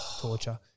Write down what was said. torture